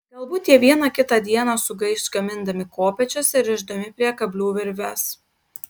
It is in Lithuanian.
galbūt jie vieną kitą dieną sugaiš gamindami kopėčias ir rišdami prie kablių virves